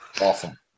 Awesome